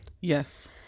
Yes